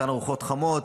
מתן ארוחות חמות.